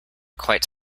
quite